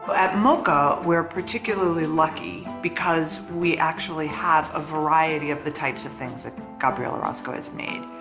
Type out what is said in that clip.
at moca, we're particularly lucky because we actually have a variety of the types of things that gabriel orozco has made.